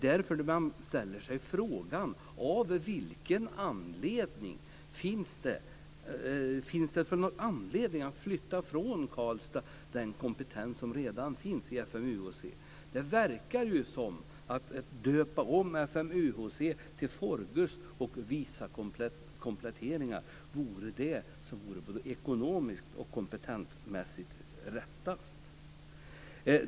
Därför ställer man sig frågan: Vad finns det för anledning att flytta den kompetens som redan finns i FMUHC i Karlstad därifrån? Det verkar ju som att man tycker att det som vore det ekonomiskt och kompetensmässigt riktigaste vore att döpa om FMUHC till Forgus och göra vissa kompletteringar.